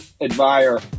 admire